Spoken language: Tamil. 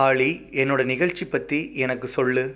ஆலி என்னோட நிகழ்ச்சி பற்றி எனக்கு சொல்